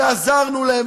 ועזרנו להם.